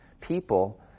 people